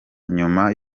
nyuma